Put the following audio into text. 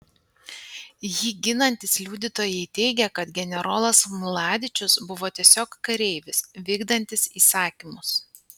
jį ginantys liudytojai teigia kad generolas mladičius buvo tiesiog kareivis vykdantis įsakymus